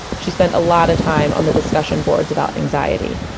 she spent a lot of time on the discussion boards about anxiety.